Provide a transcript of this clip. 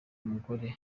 mugore